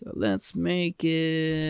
let's make it,